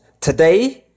today